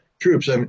troops